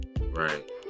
Right